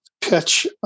pitch